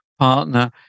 Partner